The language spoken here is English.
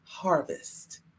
Harvest